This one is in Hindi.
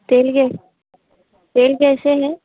तेल गे तेल कैसे है